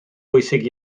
bwysig